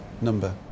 number